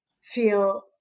feel